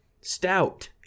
stout